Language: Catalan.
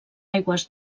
aigües